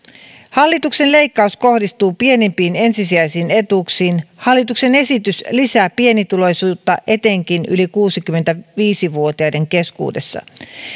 hallituksen leikkaus kohdistuu pienimpiin ensisijaisiin etuuksiin hallituksen esitys lisää pienituloisuutta etenkin yli kuusikymmentäviisi vuotiaiden keskuudessa